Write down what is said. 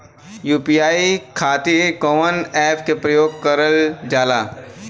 UPI खातीर कवन ऐपके प्रयोग कइलजाला?